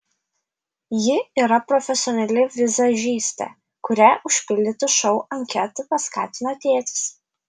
ji yra profesionali vizažistė kurią užpildyti šou anketą paskatino tėtis